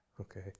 Okay